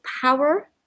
power